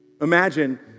Imagine